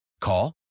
Call